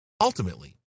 Ultimately